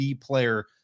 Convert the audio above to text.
player